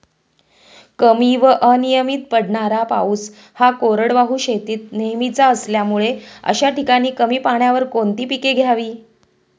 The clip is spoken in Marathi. कमी व अनियमित पडणारा पाऊस हा कोरडवाहू शेतीत नेहमीचा असल्यामुळे अशा ठिकाणी कमी पाण्यावर कोणती पिके घ्यावी?